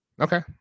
Okay